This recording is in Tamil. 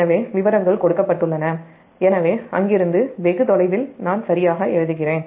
எனவே அங்கிருந்து வெகு தொலைவில் நான் சரியாக எழுதுகிறேன்